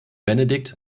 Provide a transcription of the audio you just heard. benedikt